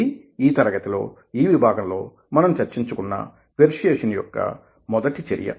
ఇదీ ఈ తరగతిలో ఈ విభాగం లో మనం చర్చించుకున్న పెర్సుయేసన్ యొక్క మొదటి చర్య